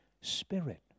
spirit